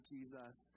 Jesus